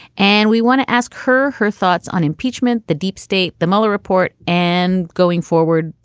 and we want to ask her her thoughts on impeachment, the deep state, the mueller report and going forward,